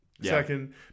Second